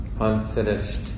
unfinished